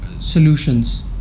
solutions